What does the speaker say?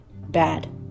Bad